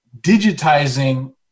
digitizing